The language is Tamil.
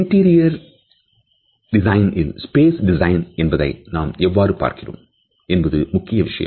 இன்டீரியர் இல் ஸ்பேஸ் டிசைன் என்பதை நாம் எவ்வாறு பார்க்கிறோம் என்பது முக்கியமான விஷயம்